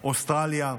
אוסטרליה.